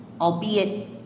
albeit